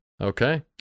Okay